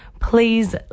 please